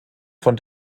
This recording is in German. von